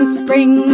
spring